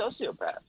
sociopath